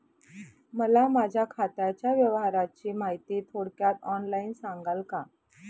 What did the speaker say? मला माझ्या खात्याच्या व्यवहाराची माहिती थोडक्यात ऑनलाईन सांगाल का?